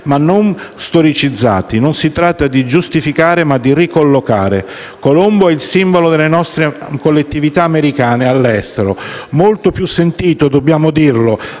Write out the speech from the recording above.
ma non storicizzati. Non si tratta di giustificare, ma di ricollocare. Colombo è il simbolo delle nostre collettività all'estero, molto più sentito - dobbiamo dirlo